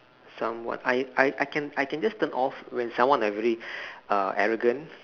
somewhat I I can I can just turn off when someone like very arrogant